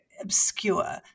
obscure